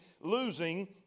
losing